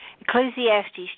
Ecclesiastes